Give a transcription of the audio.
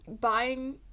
buying